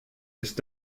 ist